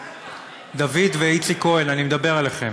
דוד ואיציק כהן, אני מדבר אליכם.